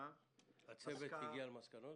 הצוות הגיע כבר למסקנות?